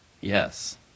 Yes